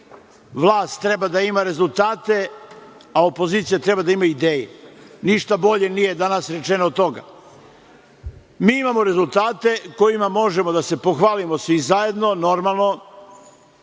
vlast treba da ima rezultate, a opozicija treba da ima ideje. Ništa bolje nije danas rečeno od toga. Mi imamo rezultate kojima možemo da se pohvalimo svi zajedno, normalno,